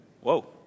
whoa